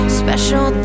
special